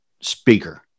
speaker